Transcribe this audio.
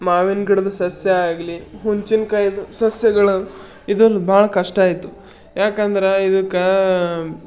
ಮಾವಿನ ಗಿಡದ ಸಸ್ಯ ಆಗಲಿ ಹುಣ್ಸಿನ್ಕಾಯ್ದು ಸಸ್ಯಗಳು ಇದೊಂದು ಭಾಳ ಕಷ್ಟ ಆಯಿತು ಏಕೆಂದ್ರೆ ಇದಕ್ಕೆ